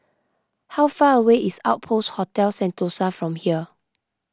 how far away is Outpost Hotel Sentosa from here